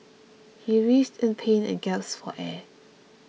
he writhed in pain and gasped for air